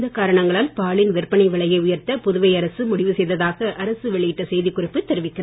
இந்தக் காரணங்களால் பாலின் விற்பனை விலையை உயர்த்த புதுவை அரசு முடிவு செய்ததாக அரசு வெளியிட்ட செய்திக் குறிப்பு தெரிவிக்கிறது